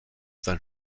sein